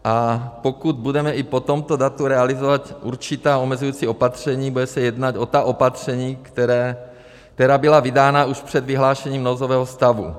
A pokud budeme i po tomto datu realizovat určitá omezující opatření, bude se jednat o ta opatření, která byla vydána už před vyhlášením nouzového stavu.